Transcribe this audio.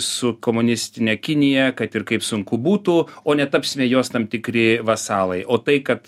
su komunistine kinija kad ir kaip sunku būtų o ne tapsime jos tam tikri vasalai o tai kad